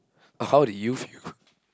how did you feel